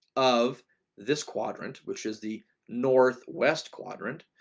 of this quadrant, which is the northwest quadrant,